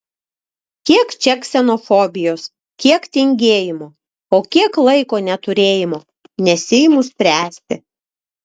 kiek čia ksenofobijos kiek tingėjimo o kiek laiko neturėjimo nesiimu spręsti